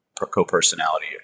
co-personality